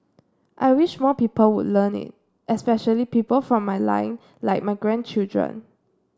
I wish more people will learn it especially people from my line like my grandchildren